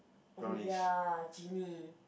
oh ya genie